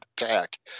attack